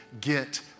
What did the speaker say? Get